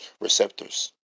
receptors